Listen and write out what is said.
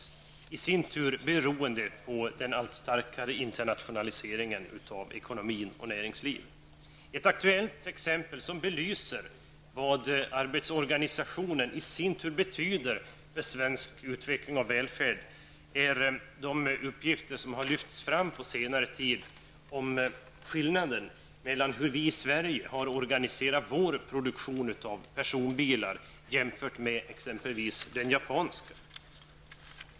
Det i sin tur beror på den alltmer omfattande internationaliseringen av ekonomi och näringsliv. Ett aktuellt exempel som belyser vad arbetsorganisationen betyder för svensk utveckling och välfärd är de uppgifter som på senare tid lyfts fram om skillnaden mellan hur vi i Sverige har ordnat vår produktion av personbilar jämfört med exempelvis hur man gör i Japan.